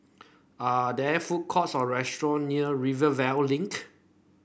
are there food courts or restaurant near Rivervale Link